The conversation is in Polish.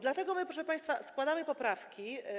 Dlatego my, proszę państwa, składamy poprawki.